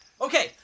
Okay